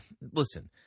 Listen